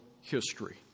history